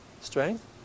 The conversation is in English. strength